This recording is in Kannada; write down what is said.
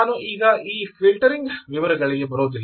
ನಾನು ಈ ಫಿಲ್ಟರಿಂಗ್ ನ ವಿವರಗಳಿಗೆ ಬರುವುದಿಲ್ಲ